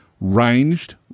ranged